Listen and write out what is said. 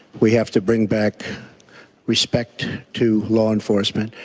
we have to bring back respect to law enforcement.